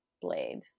blade